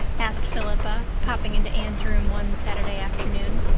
asked philippa, popping into anne's room one saturday afternoon.